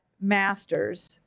master's